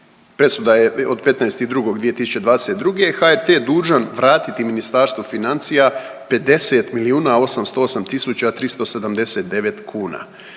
presuda je od 15.2.2022. HRT je dužan vratiti Ministarstvu financija 50 milijuna